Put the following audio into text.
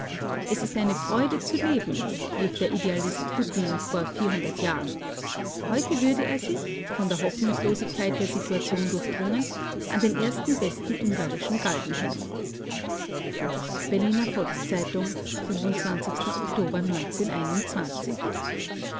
es ist eine freude zu leben rief der idealist hutten vor vierhundert jahren heute würde er sich von der hoffnungslosigkeit der situation durchdrungen an den ersten besten ungarischen galgen hängen berliner volks-zeitung